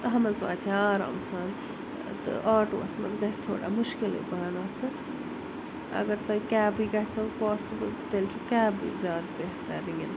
تَتھ منٛز واتہِ ہا آرام سان تہٕ آٹُوَس منٛز گژھہِ تھوڑا مُشکِلٕے پہنتھ تہٕ اگر تۄہہِ کیبٕے گژھوٕ پاسِبٕل تیٚلہِ چھِ کیبٕے زیادٕ بہتریِٖن